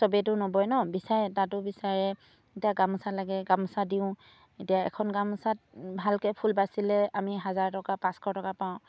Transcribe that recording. চবেইটো নবই ন বিচাৰে তাতো বিচাৰে এতিয়া গামোচা লাগে গামোচা দিওঁ এতিয়া এখন গামোচাত ভালকৈ ফুল বাচিলে আমি হাজাৰ টকা পাঁচশ টকা পাওঁ